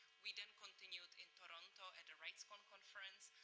we then continued in toronto at the rightscon conference.